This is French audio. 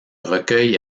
recueil